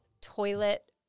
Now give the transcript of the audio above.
toilet